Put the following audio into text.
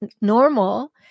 normal